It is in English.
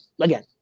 again